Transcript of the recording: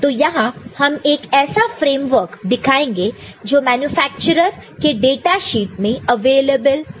तो यहां हम एक ऐसा फ़्रेम्वर्क दिखाएंगे जो मेन्यफ़ेक्चर्र के डेटाशीट में अवेलेबल है